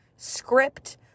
Script